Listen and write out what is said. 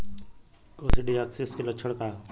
Coccidiosis के लक्षण का ह?